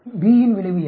B இன் விளைவு என்ன